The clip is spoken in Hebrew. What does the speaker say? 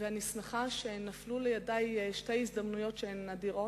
ואני שמחה שנפלו לידי שתי הזדמנויות אדירות,